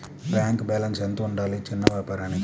Bank balance ఎంత ఉండాలి చిన్న వ్యాపారానికి?